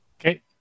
Okay